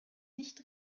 nicht